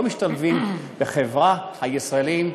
לא משתלבים בחברה הישראלית,